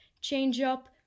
Change-up